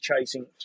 chasing